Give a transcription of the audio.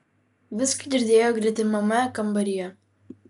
viską girdėjo gretimame kambaryje